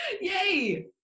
Yay